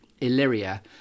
Illyria